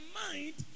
mind